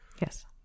Yes